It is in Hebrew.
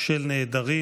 של נעדרים,